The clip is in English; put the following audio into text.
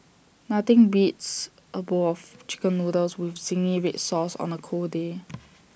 nothing beats A bowl of Chicken Noodles with Zingy Red Sauce on A cold day